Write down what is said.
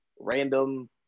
random